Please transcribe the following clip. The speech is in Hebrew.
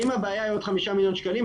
ואם הבעיה היא עוד 5 מיליון שקלים,